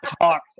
talk